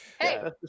Hey